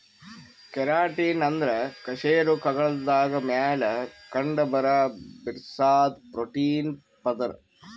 keratin ಅಂದ್ರ ಕಶೇರುಕಗಳ್ದಾಗ ಮ್ಯಾಲ್ ಕಂಡಬರಾ ಬಿರ್ಸಾದ್ ಪ್ರೋಟೀನ್ ಪದರ್